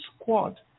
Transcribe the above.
squad